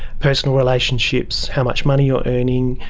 personal relationships, how much money you're earning,